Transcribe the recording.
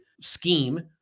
scheme